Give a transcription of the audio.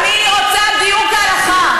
אני רוצה גיור כהלכה.